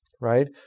right